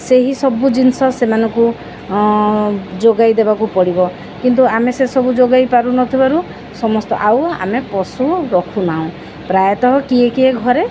ସେହି ସବୁ ଜିନିଷ ସେମାନଙ୍କୁ ଯୋଗାଇ ଦେବାକୁ ପଡ଼ିବ କିନ୍ତୁ ଆମେ ସେସବୁ ଯୋଗାଇ ପାରୁନଥିବାରୁ ସମସ୍ତ ଆଉ ଆମେ ପଶୁ ରଖୁନାହୁଁ ପ୍ରାୟତଃ କିଏ କିଏ ଘରେ